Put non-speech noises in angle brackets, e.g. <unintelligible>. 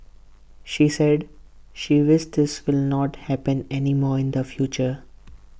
she said she <unintelligible> this will not happen anymore in the future